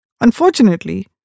Unfortunately